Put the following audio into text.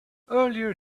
earlier